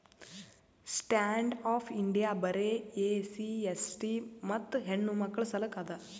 stand up India ಬರೆ SC ST ಮತ್ತ ಹೆಣ್ಣಮಕ್ಕುಳ ಸಲಕ್ ಅದ